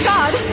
God